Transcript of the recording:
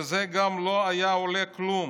וזה גם לא היה עולה כלום.